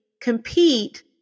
compete